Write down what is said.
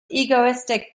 egoistic